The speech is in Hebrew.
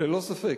ללא ספק.